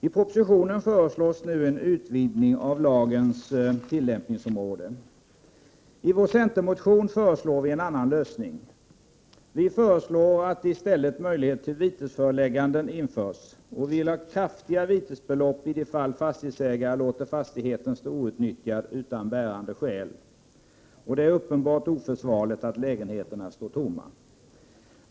I propositionen föreslås nu en utvidgning av lagens tilllämpningsområde. I vår centermotion föreslår vi en annan lösning. Vi föreslår att det i stället införs möjligheter till vitesföreläggande. Vi vill ha kraftiga vitesbelopp i de fall fastighetsägare låter fastigheten stå outnyttjad utan bärande skäl och det är uppenbart oförsvarligt att lägenheterna står tomma.